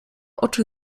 oczy